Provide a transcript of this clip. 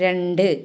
രണ്ട്